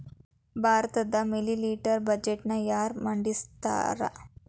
ಭಾರತದ ಮಿಲಿಟರಿ ಬಜೆಟ್ನ ಯಾರ ಮಂಡಿಸ್ತಾರಾ